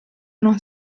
non